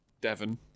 Devon